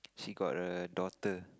she got a daughter